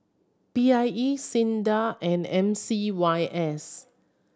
P I E SINDA and M C Y S